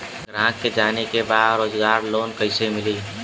ग्राहक के जाने के बा रोजगार लोन कईसे मिली?